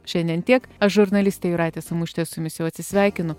šiandien tiek aš žurnalistė jūratė samušytė su jumis jau atsisveikinu